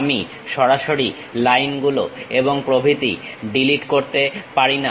আমি সরাসরি লাইনগুলো এবং প্রভৃতি ডিলিট করতে পারিনা